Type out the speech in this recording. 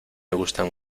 gustan